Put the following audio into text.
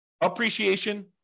appreciation